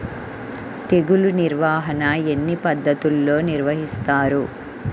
తెగులు నిర్వాహణ ఎన్ని పద్ధతుల్లో నిర్వహిస్తారు?